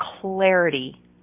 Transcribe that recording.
clarity